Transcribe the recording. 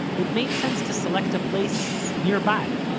it made sense to select a place nearby.